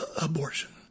abortion